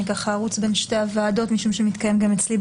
אני ארוץ בין שתי הוועדות משום שמתקיים גם אצלי,